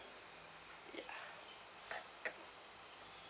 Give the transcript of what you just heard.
ya